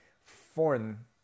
foreign